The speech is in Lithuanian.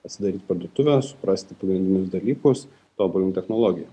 atsidaryti parduotuvę suprasti pagrindinius dalykus tobulint technologiją